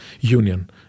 union